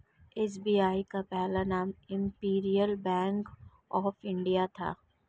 SBI का पहला नाम इम्पीरीअल बैंक ऑफ इंडिया था